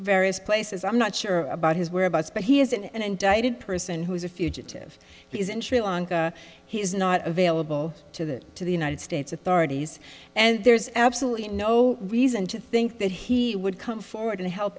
various places i'm not sure about his whereabouts but he isn't an indicted person who is a fugitive he's in he's not available to that to the united states authorities and there's absolutely no reason to think that he would come forward and help